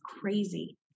crazy